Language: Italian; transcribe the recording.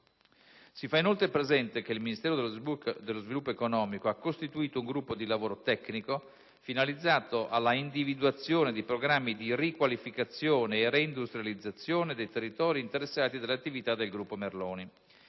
Si fa, altresì, presente che il Ministero dello sviluppo economico ha costituito un gruppo di lavoro tecnico finalizzato all'individuazione di programmi di riqualificazione e reindustrializzazione dei territori interessati dalle attività del gruppo Antonio